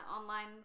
online